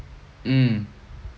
mm